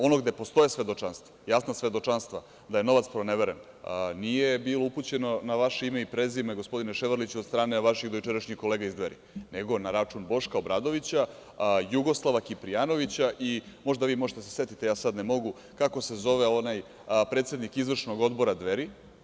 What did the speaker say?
Ono gde postoje jasna svedočanstva da je novac proneveren, nije bilo upućeno na vaše ime i prezime, gospodine Ševarliću, od strane vaših dojučerašnjih kolega iz Dveri, nego na račun Boška Obradovića, Jugoslava Kiprijanovića i možda vi možete da se setite, ja sad ne mogu, kako se zove onaj predsednik Izvršnog odbora Dveri.